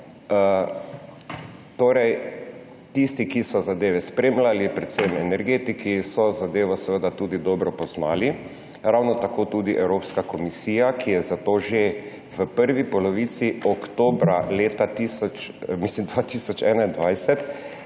Tisti, ki so zadeve spremljali, predvsem energetiki, so zadevo tudi dobro poznali, ravno tako tudi Evropska komisija, ki je zato že v prvi polovici oktobra 2021